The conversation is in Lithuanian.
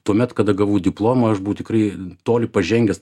tuomet kada gavau diplomą aš buvau tikrai toli pažengęs